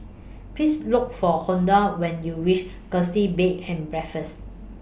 Please Look For Honora when YOU REACH Gusti Bed and Breakfast